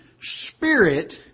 spirit